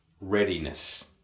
readiness